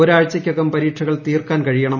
ഒരാഴ്ചക്കകം പരീക്ഷകൾ തീർക്കാൻ കഴിയണം